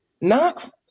Knox